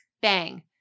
bang